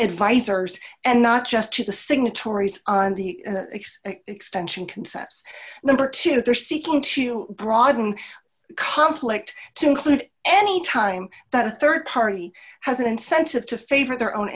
advisors and not just to the signatories on the next extension consensus number two they're seeking to broaden conflict to include any time that a rd party has an incentive to favor their own